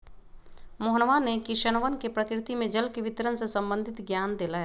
मोहनवा ने किसनवन के प्रकृति में जल के वितरण से संबंधित ज्ञान देलय